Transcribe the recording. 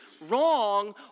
wrong